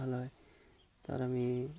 ভাল হয় তাত আমি